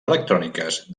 electròniques